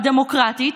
הדמוקרטית,